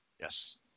Yes